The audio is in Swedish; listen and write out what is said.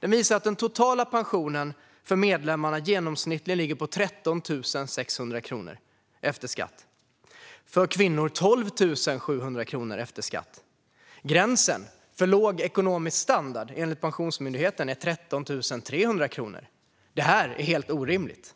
Den visar att den totala pensionen för medlemmarna ligger på i genomsnitt 13 600 kronor efter skatt och för kvinnor på 12 700 kronor efter skatt. Gränsen för låg ekonomisk standard enligt Pensionsmyndigheten är 13 300 kronor. Detta är helt orimligt.